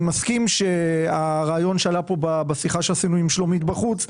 מסכים שהרעיון שעלה כאן בשיחה שעשינו עם שלומית בחוץ,